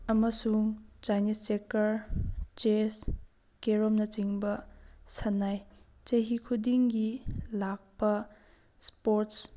ꯑꯃꯁꯨꯡ Chinese checker chess ꯀꯦꯔꯣꯝꯅꯆꯤꯡꯕ ꯁꯥꯟꯅꯩ ꯆꯍꯤ ꯈꯨꯗꯤꯡꯒꯤ ꯂꯥꯛꯄ ꯏꯁꯄꯣꯔꯠꯁ